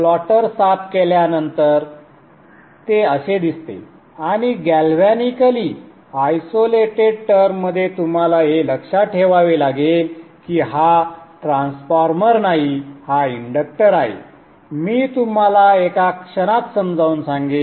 plotter साफ केल्यानंतर ते असे दिसते आणि गॅल्व्हॅनिकली आयसोलेटेड टर्ममध्ये तुम्हाला हे लक्षात ठेवावे लागेल की हा ट्रान्सफॉर्मर नाही हा इंडक्टर आहे मी तुम्हाला एका क्षणात समजावून सांगेन